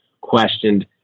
questioned